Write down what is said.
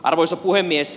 arvoisa puhemies